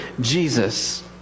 Jesus